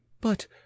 But